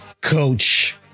coach